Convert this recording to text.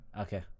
Okay